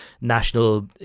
national